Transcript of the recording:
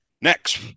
next